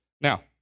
now